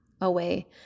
away